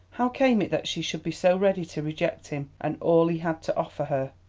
how came it that she should be so ready to reject him, and all he had to offer her?